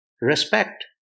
Respect